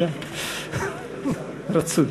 רצוי.